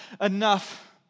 enough